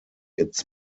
its